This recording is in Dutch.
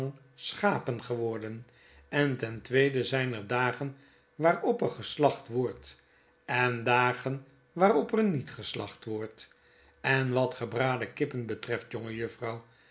schapen geworden en ten tweede zyn er dagen waarop er geslacht wordt en dagen waarop er niet geslacht wordt en wat gebraden kippen betreft